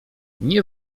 nie